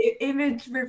image